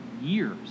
years